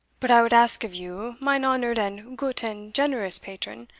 but i would ask of you, mine honoured and goot and generous patron,